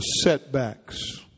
setbacks